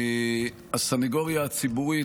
הסנגוריה הציבורית,